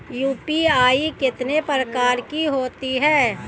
UPI कितने प्रकार की होती हैं?